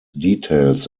details